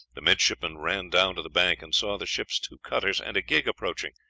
the midshipmen ran down to the bank, and saw the ship's two cutters and a gig approaching.